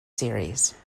series